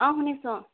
অ শুনিছোঁ অ